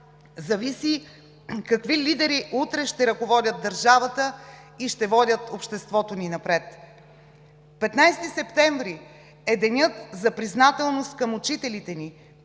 зависи какви лидери утре ще ръководят държавата и ще водят обществото ни напред. 15 септември е денят за признателност към учителите ни,